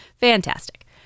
Fantastic